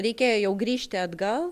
reikėjo jau grįžti atgal